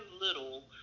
little